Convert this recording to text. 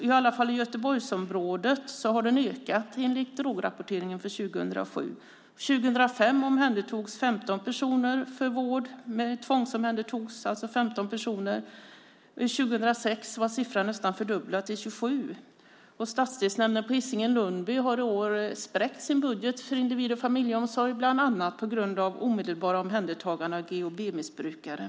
I alla fall i Göteborgsområdet har den ökat, enligt drograpporteringen för 2007. 2005 tvångsomhändertogs 15 personer för vård, 2006 var siffran nästan fördubblad till 27. Stadsdelsnämnden på Hisingen-Lundby har i år spräckt sin budget för individ och familjeomsorg, bland annat på grund av omedelbara omhändertaganden av GHB-missbrukare.